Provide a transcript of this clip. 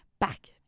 back